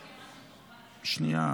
----- שנייה.